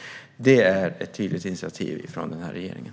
Det är ett tydligt initiativ från den här regeringen.